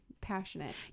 passionate